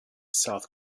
south